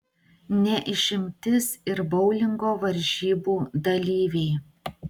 ne išimtis ir boulingo varžybų dalyviai